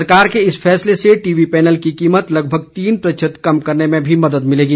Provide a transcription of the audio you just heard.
सरकार के इस फैसले से टीवी पैनल की कीमत लगभग तीन प्रतिशत कम करने में भी मदद मिलेगी